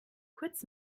kurz